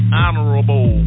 honorable